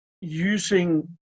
using